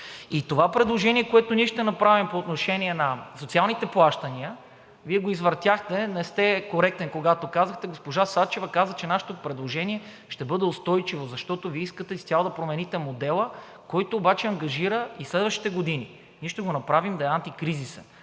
И това предложение, което ние ще направим по отношение на социалните плащания, Вие го извъртяхте, не сте коректен. Госпожа Сачева каза, че нашето предложение ще бъде устойчиво, защото Вие искате изцяло да промените модела, който обаче ангажира и следващите години. Ние ще го направим да е антикризисен,